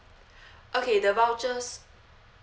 okay the vouchers